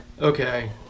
Okay